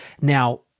Now